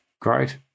Great